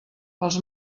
pels